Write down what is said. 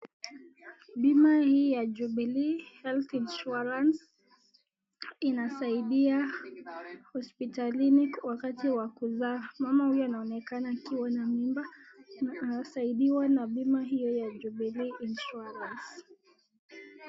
Bima hii ya Jubilee health insurance inasaidia hospitalini wakati wa kuzaa. Mama huyu anaonekana akiwa na mimba na anasaidiwa na bima hiyo ya Jubilee health insurance .